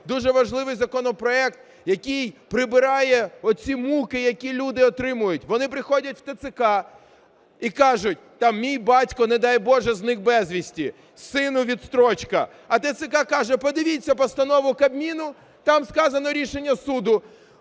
Дуже важливий законопроект, який прибирає оці муки, які люди отримують. Вони приходять в ТЦК і кажуть: там мій батько, не дай боже, зник безвісти, сину відстрочка. А ТЦК каже: подивіться постанову Кабміну, там сказано – рішення суду.